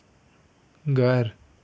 घर